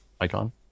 icon